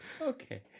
Okay